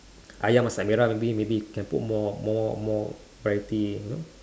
ayam masak merah maybe maybe can put more more more variety you know